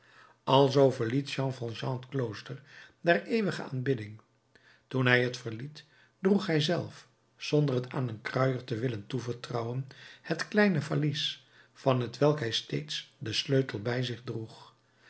alzoo verliet jean valjean het klooster der eeuwige aanbidding toen hij het verliet droeg hij zelf zonder het aan een kruier te willen toevertrouwen het kleine valies van t welk hij steeds den sleutel bij zich droeg